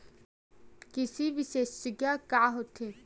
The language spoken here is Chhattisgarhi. कृषि विशेषज्ञ का होथे?